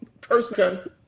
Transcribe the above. person